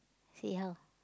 see how